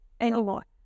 anymore